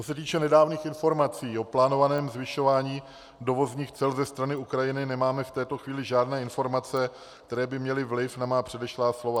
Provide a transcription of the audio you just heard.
Co se týče nedávných informací o plánovaném zvyšování dovozních cel ze strany Ukrajiny, nemáme v této chvíli žádné informace, které by měly vliv na má předešlá slova.